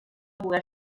pogué